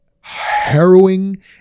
harrowing